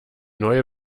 neue